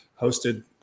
hosted